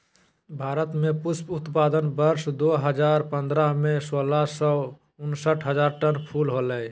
भारत में पुष्प उत्पादन वर्ष दो हजार पंद्रह में, सोलह सौ उनसठ हजार टन फूल होलय